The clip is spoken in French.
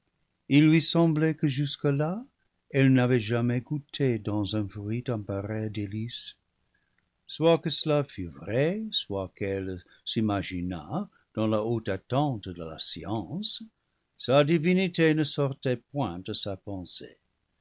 il lui semblait que jusque-là elle n'avait jamais goûté dans un fruit un pareil délice soit que cela fût vrai soit qu'elle se l'imaginât dans la haute attente de la science sa divinité ne sortait point de sa pensée